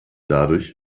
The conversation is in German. dadurch